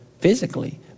physically